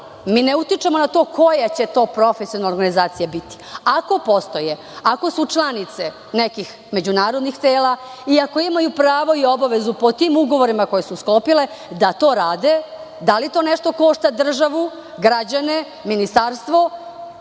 Mi ne utičemo na to koja će to profesionalna organizacija biti. Ako postoje, ako su članice nekih međunarodnih tela i ako imaju prava i obaveze pod tim ugovorima koje su sklopile da to rade, da li to nešto košta državu, građane, ministarstvo?